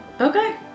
Okay